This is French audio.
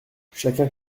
chacun